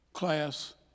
class